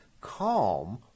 calm